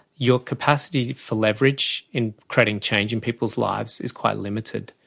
your capacity for leverage in creating change in people's lives is quite limited,